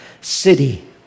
city